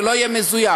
שלא יהיה מזויף.